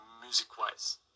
music-wise